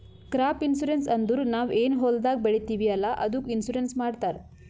crop insurance ಅಂದುರ್ ನಾವ್ ಏನ್ ಹೊಲ್ದಾಗ್ ಬೆಳಿತೀವಿ ಅಲ್ಲಾ ಅದ್ದುಕ್ ಇನ್ಸೂರೆನ್ಸ್ ಮಾಡ್ತಾರ್